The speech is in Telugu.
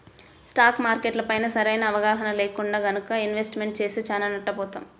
స్టాక్ మార్కెట్లపైన సరైన అవగాహన లేకుండా గనక ఇన్వెస్ట్మెంట్ చేస్తే చానా నష్టపోతాం